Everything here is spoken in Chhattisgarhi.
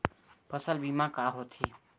फसल बीमा का होथे?